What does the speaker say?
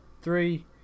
Three